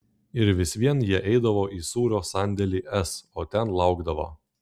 ir vis vien jie eidavo į sūrio sandėlį s o ten laukdavo